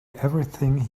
everything